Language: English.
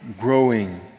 growing